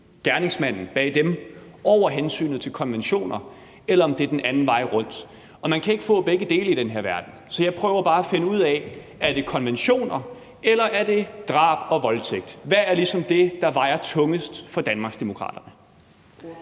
er uopklarede, over hensynet til konventioner, eller om det er den anden vej rundt. Og man kan ikke få begge dele i den her verden, så jeg prøver bare at finde ud af: Er det konventioner, eller er det drab og voldtægt? Hvad er det, der ligesom vejer tungest for Danmarksdemokraterne?